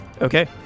Okay